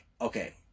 okay